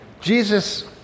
Jesus